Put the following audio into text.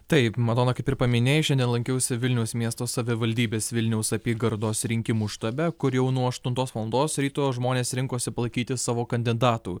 taip madona kaip ir paminėjo šiandien lankiausi vilniaus miesto savivaldybės vilniaus apygardos rinkimų štabe kur jau nuo aštuntos valandos ryto žmonės rinkosi palaikyti savo kandidatų